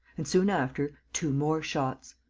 and, soon after, two more shots.